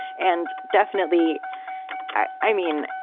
and definitely i i mean,